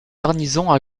garnison